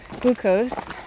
glucose